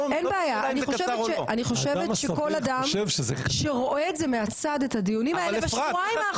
אני חושבת שכל אדם שרואה את זה מהצד את הדיונים האלה בשבועיים האחרונים.